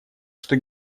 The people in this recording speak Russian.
что